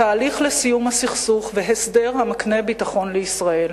תהליך לסיום הסכסוך והסדר המקנה ביטחון לישראל.